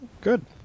Good